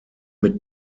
mit